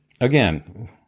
again